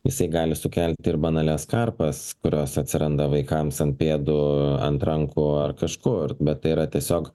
jisai gali sukelti ir banalias karpas kurios atsiranda vaikams ant pėdų ant rankų ar kažko ar bet tai yra tiesiog